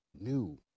new